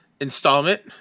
installment